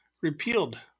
repealed